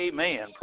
Amen